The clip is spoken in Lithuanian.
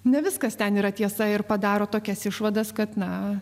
ne viskas ten yra tiesa ir padaro tokias išvadas kad na